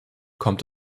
kommt